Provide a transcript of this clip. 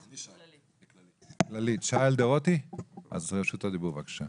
כללית, בבקשה.